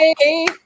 Hey